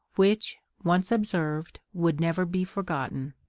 which, once observed, would never be forgotten.